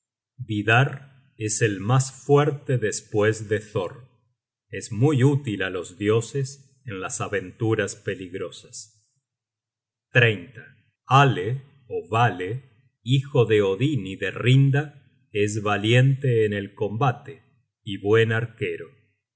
vidarr es el mas fuerte despues de thor es muy útil á los dioses en las aventuras peligrosas ale ó vale hijo de odin y de rinda es valiente en el combate y buen arquero mas